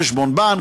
חשבון בנק,